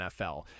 NFL